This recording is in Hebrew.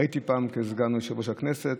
הייתי פעם סגן יושב-ראש הכנסת.